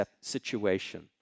situation